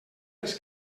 les